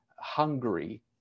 Hungary